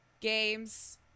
games